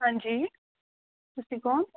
ਹਾਂਜੀ ਤੁਸੀਂ ਕੌਣ